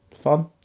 Fun